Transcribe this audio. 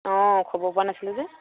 অঁ খবৰ পোৱা নাছিলোঁ যে